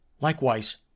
Likewise